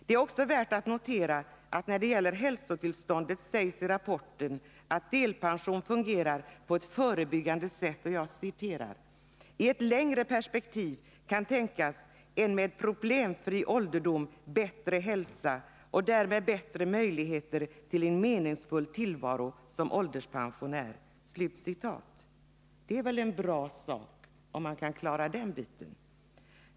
Det är också värt att notera att det i rapporten när det gäller hälsotillståndet sägs att delpension fungerar på ett förebyggande sätt. Det sägs vidare: ”I ett längre perspektiv kan tänkas en mer problemfri ålderdom med bättre hälsa och därmed bättre möjligheter till en meningsfull tillvaro som ålderspensionär.” Det vore väl bra, om vi kunde klara det.